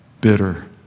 bitter